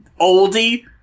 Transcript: oldie